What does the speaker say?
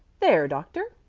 there, doctor,